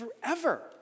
forever